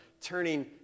turning